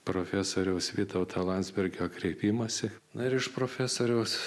profesoriaus vytauto landsbergio kreipimąsi na ir iš profesoriaus